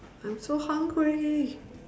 I'm so hungry